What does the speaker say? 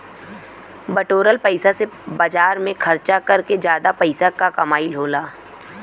बटोरल पइसा से बाजार में खरचा कर के जादा पइसा क कमाई होला